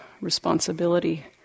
responsibility